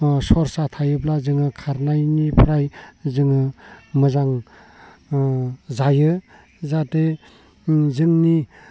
सरसा थायोब्ला जोङो खारनायनिफ्राय जोङो मोजां जायो जाहाथे जोंनि